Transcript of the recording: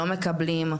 לא מקבלים,